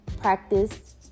practice